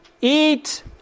eat